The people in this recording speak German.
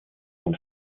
vom